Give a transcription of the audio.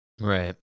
Right